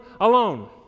alone